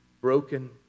broken